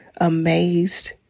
amazed